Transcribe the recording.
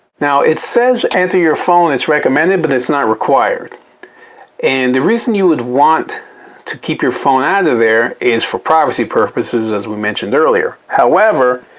now, it says enter your phone. it's recommended but it's not required and the reason you would want to keep your phone out of there is for privacy purposes as we mentioned earlier. however,